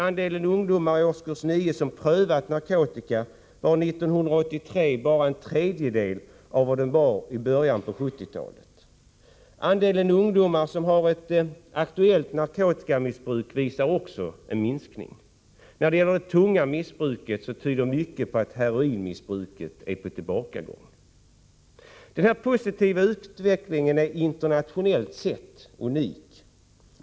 Andelen ungdomar i årskurs 9 som prövat narkotika var 1983 bara en tredjedel av vad den var i början av 1970-talet. Andelen ungdomar som har ett aktuellt narkotikamissbruk visar också en minskning. När det gäller det tunga missbruket tyder mycket på att heroinmissbruket minskat. Denna positiva utveckling är internationellt sett unik.